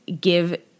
give